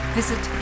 visit